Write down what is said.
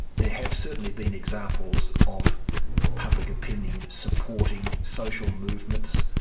there have certainly been examples of public opinion supporting social movements.